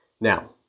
Now